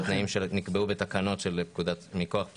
התנאים שנקבעו בתקנות מכוח פקודת הסמים.